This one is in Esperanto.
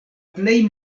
plej